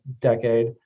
decade